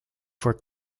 for